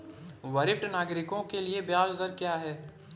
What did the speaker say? वरिष्ठ नागरिकों के लिए ब्याज दर क्या हैं?